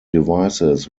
devices